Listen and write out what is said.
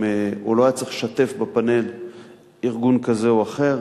או שלא היה צריך לשתף בפאנל ארגון כזה או אחר,